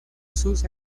sus